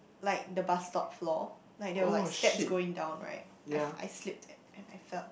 like the bus stop floor like there were like steps going down right I fell I slipped and and I fell